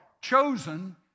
chosen